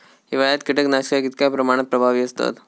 हिवाळ्यात कीटकनाशका कीतक्या प्रमाणात प्रभावी असतत?